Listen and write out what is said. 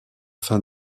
fin